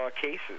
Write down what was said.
cases